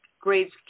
grades